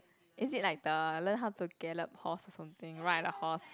is it like the learn how to gallop horse or something ride a horse